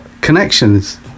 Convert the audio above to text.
connections